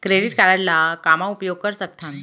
Credit card ला का का मा उपयोग कर सकथन?